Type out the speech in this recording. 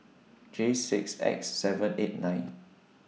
J six X seven eight nine